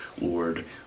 Lord